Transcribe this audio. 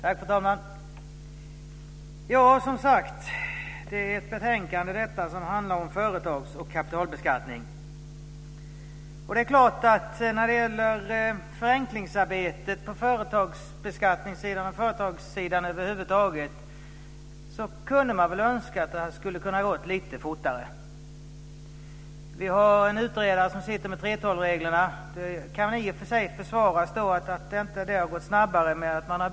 Fru talman! Betänkandet handlar om företags och kapitalbeskattning. När det gäller förenklingsarbetet på företagsbeskattningssidan och företagssidan över huvud taget så kunde man förstås ha önskat att det kunde ha gått lite fortare. Det finns en utredare som sitter med 3:12-reglerna. Det hela kan i och för sig försvaras med att man har bytt utredare några gånger.